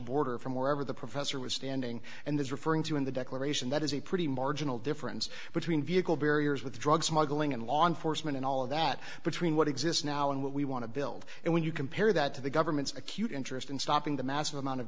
border from wherever the professor was standing and is referring to in the declaration that is a pretty marginal difference between vehicle barriers with drug smuggling and law enforcement and all of that between what exists now and what we want to build and when you compare that to the government's acute interest in stopping the massive amount of